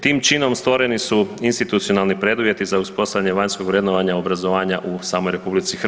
Tim činom stvoreni su institucionalni preduvjeti za uspostavljanje vanjskog vrednovanja obrazovanja u samoj RH.